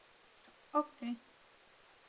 okay